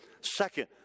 Second